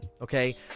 okay